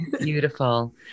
Beautiful